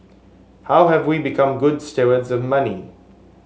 how have we become good stewards of money